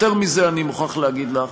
יותר מזה, אני מוכרח להגיד לך.